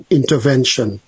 intervention